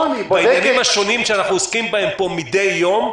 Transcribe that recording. בעניינים השונים שאנחנו עוסקים בהם פה מדי יום,